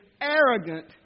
arrogant